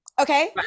Okay